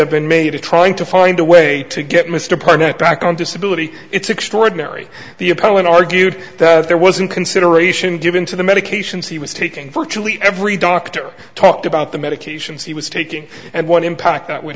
have been made of trying to find a way to get mr parr net back on disability it's extraordinary the appellant argued that there wasn't consideration given to the medications he was taking virtually every doctor talked about the medications he was taking and what impact that would